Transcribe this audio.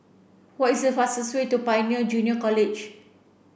what is the fastest way to Pioneer Junior College